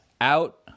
out